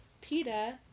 PETA